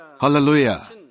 Hallelujah